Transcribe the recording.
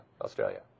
Australia